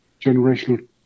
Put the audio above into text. generational